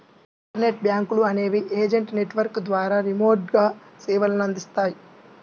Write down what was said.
internet బ్యాంకులు అనేవి agent network ద్వారా రిమోట్గా సేవలనందిస్తాయి